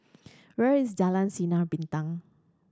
where is Jalan Sinar Bintang